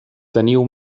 teniu